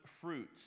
fruits